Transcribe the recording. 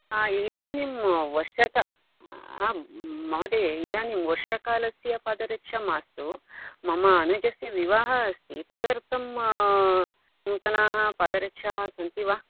आम् इदनीं वर्षका आम् महोदय इदानीं वर्षाकालस्य पादरक्षाः मास्तु मम अनुजस्य विवाहः अस्ति तदर्थं नूतनाः पादरक्षाः सन्ति वा